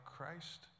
Christ